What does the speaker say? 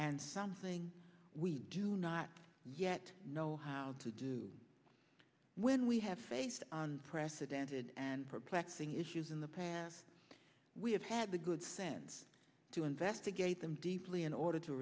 and something we do not yet know how to do when we have faced precedented and perplexing issues in the past we have had the good sense to investigate them deeply in order to